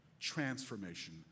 transformation